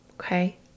Okay